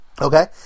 Okay